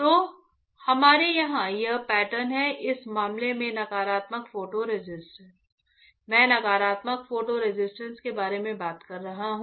तो हमारे यहां यह पैटर्न है इस मामले में नकारात्मक फोटो रेसिस्ट मैं नकारात्मक फोटो रेसिस्ट के बारे में बात कर रहा हूं